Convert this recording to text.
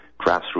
grassroots